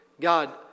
God